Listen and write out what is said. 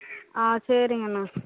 ஆ சரிங்கண்ணா